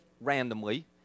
randomly